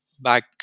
back